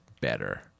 better